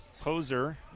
Poser